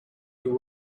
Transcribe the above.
you